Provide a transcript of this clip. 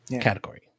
category